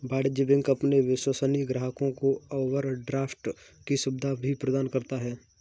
वाणिज्य बैंक अपने विश्वसनीय ग्राहकों को ओवरड्राफ्ट की सुविधा भी प्रदान करता है